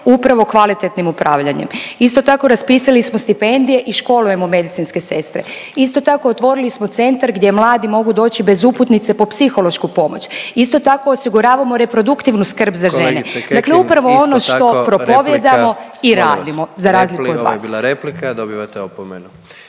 upravo kvalitetnim upravljanjem. Isto tako raspisali smo stipendije i školujemo medicinske sestre. Isto tako otvorili smo centar gdje mladi mogu doći bez uputnice po psihološku pomoć. Isto tako osiguravamo reproduktivnu skrb za žene. …/Upadica predsjednik: Kolegice Kekin, isto tako